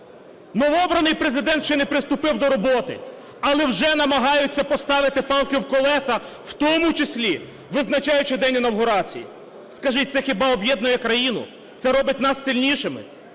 Новообраний Президент ще не приступив до роботи, але вже намагаються поставити палки в колеса, в тому числі, визначаючи день інавгурації. Скажіть, це хіба об'єднує країну? Це робить нас сильнішими?